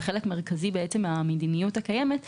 וחלק מרכזי מהמדיניות הקיימת,